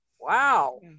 Wow